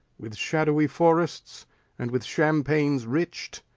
with shadowy forests and with champains rich'd,